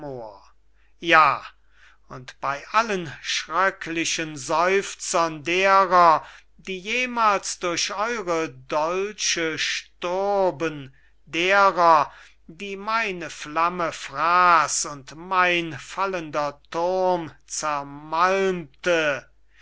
ja und bey allen schröcklichen seufzern derer die jemals durch eure dolche starben derer die meine flamme fraß und mein fallender